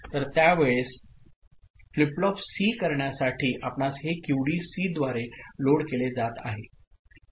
तर त्यावेळेस flip flop सी करण्यासाठी आपणास हे क्यूडी सीद्वारे लोड केले जात आहे